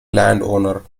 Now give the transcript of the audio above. landowner